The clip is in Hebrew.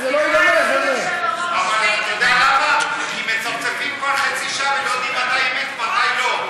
29 תומכים, אין מתנגדים ואין נמנעים.